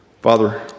Father